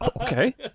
Okay